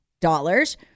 Dollars